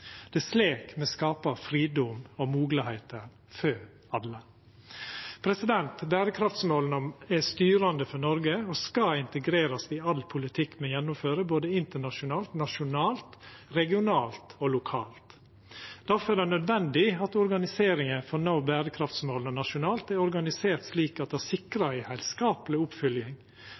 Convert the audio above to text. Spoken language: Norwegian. Det er slik me skapar fridom og moglegheiter for alle. Berekraftsmåla er styrande for Noreg og skal integrerast i all politikk me gjennomfører, både internasjonalt, nasjonalt, regionalt og lokalt. Difor er det nødvendig at organiseringa for å nå berekraftsmåla nasjonalt er slik at det sikrar ei heilskapleg